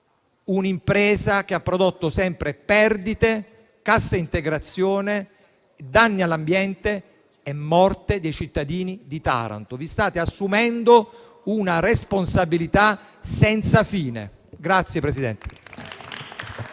un'impresa che ha prodotto sempre perdite, cassa integrazione, danni all'ambiente e morte dei cittadini di Taranto. Vi state assumendo una responsabilità senza fine.